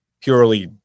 purely